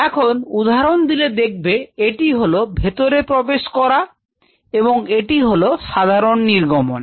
এখন উদাহরণ দিলে দেখবে এটি হলো ভেতরে প্রবেশ করা এবং এটি হল সাধারণ নির্গমন